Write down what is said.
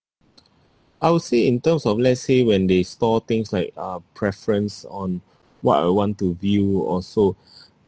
I would say in terms of let's say when they store things like uh preference on what I want to view or so